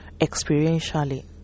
experientially